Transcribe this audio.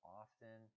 often